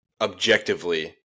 objectively